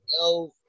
yo